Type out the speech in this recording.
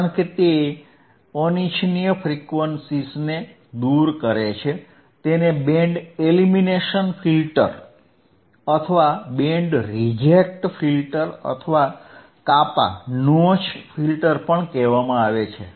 કારણ કે હવે તે અનિચ્છનીય ફ્રીક્વન્સીઝને દૂર કરે છે તેને બેન્ડ એલિમિનેશન ફિલ્ટર અથવા બેન્ડ રિજેક્ટ ફિલ્ટર અથવા કાપા ફિલ્ટર પણ કહેવામાં આવે છે